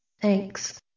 Thanks